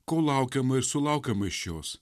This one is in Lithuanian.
ko laukiama ir sulaukiama iš jos